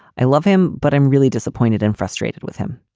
i love him, but i'm really disappointed and frustrated with him.